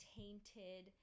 tainted